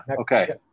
Okay